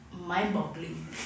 mind-boggling